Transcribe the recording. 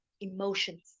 emotions